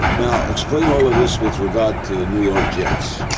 now, explain all of this with regard to the new york jets.